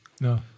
No